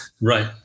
Right